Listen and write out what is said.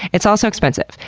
it's also expensive,